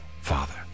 father